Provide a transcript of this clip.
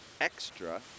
Extra